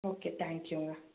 okay தேங்க்யூங்க